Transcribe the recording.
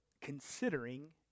considering